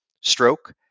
stroke